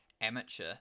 amateur